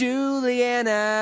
Juliana